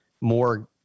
more